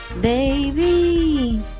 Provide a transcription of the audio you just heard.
baby